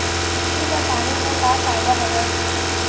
कुकरी ल पाले म का फ़ायदा हवय?